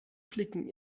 flicken